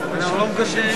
לגבי עניין, ה-OECD?